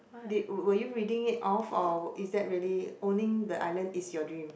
did were you reading it off or is that really owning the island is your dream